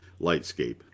Lightscape